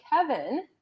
Kevin